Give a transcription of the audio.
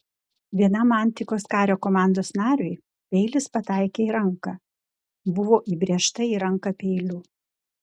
vienam antikos kario komandos nariui peilis pataikė į ranką buvo įbrėžta į ranką peiliu